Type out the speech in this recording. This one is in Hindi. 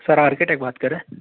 सर आर के टेक बात कर रहे हैं